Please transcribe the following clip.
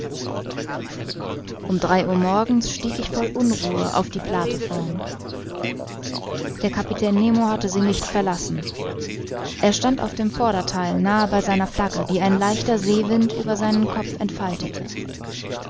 um drei uhr morgens stieg ich voll unruhe auf die plateform der kapitän nemo hatte sie nicht verlassen er stand auf dem vordertheil nahe bei seiner flagge die ein leichter seewind über seinen kopf entfaltete